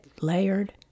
layered